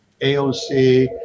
AOC